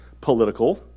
political